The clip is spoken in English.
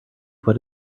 what